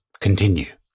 continue